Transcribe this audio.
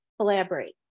collaborate